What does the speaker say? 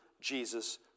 Jesus